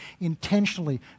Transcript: intentionally